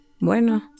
bueno